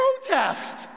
protest